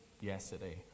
yesterday